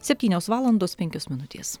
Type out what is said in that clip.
septynios valandos penkios minutės